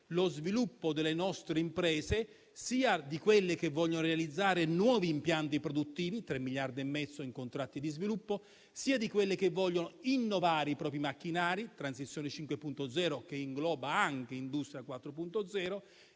lo sviluppo delle nostre imprese, sia di quelle che vogliono realizzare nuovi impianti produttivi (tre miliardi e mezzo in contratti di sviluppo), sia di quelle che vogliono innovare i propri macchinari (Transizione 5.0, che ingloba anche Industria 4.0),